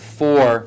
four